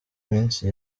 minsi